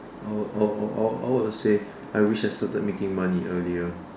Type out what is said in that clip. I would I would I would I would I would say I wish I started making money earlier